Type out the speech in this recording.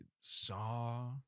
saw